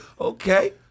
Okay